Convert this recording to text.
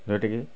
ଯେଉଁଟାକି